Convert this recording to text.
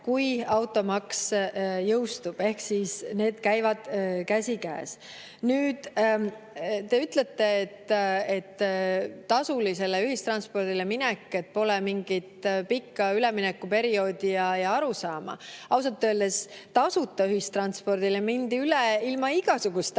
kui automaks jõustub, ehk need käivad käsikäes. Te ütlete, et tasulisele ühistranspordile [üle]minekul pole mingit pikka üleminekuperioodi ja arusaama. Ausalt öeldes tasuta ühistranspordile mindi üle ilma igasuguste